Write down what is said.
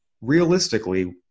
Realistically